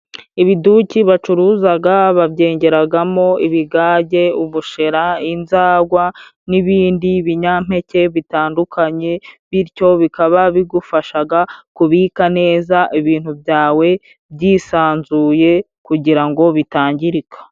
Ibiduki bacuruzaga babyengeragamo ibigage, ubushera, inzagwa n'ibindi binyampeke bitandukanye, bityo bikaba bigufashaga kubika neza ibintu byawe byisanzuye kugira ngo bitangirika.